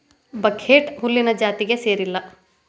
buckwheat ಹುಲ್ಲಿನ ಜಾತಿಗೆ ಸೇರಿಲ್ಲಾ